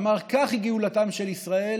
ואמר: "כך היא גאולתן של ישראל,